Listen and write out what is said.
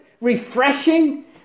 Refreshing